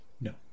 No